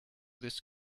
this